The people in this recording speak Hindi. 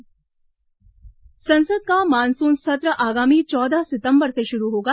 संसद मानसून सत्र संसद का मानसून सत्र आगामी चौदह सितंबर से शुरू होगा